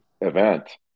event